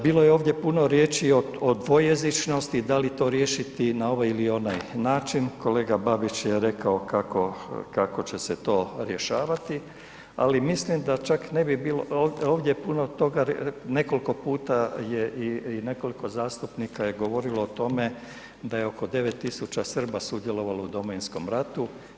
Bilo je ovdje puno riječi o dvojezičnosti, da li to riješiti na ovaj ili onaj način, kolega Babić je rekao kako će se to rješavati, ali mislim da čak ne bi bilo, ovdje je puno toga, nekoliko puta je i koliko zastupnika je govorilo o tome da je oko 9 tisuća Srba sudjelovalo u Domovinskom ratu.